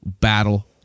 battle